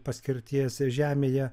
paskirties žemėje